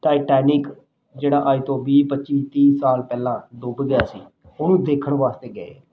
Titanic ਜਿਹੜਾ ਅੱਜ ਤੋਂ ਵੀਹ ਪੱਚੀ ਤੀਹ ਸਾਲ ਪਹਿਲਾਂ ਡੁੱਬ ਗਿਆ ਸੀ ਉਹਨੂੰ ਦੇਖਣ ਵਾਸਤੇ ਗਏ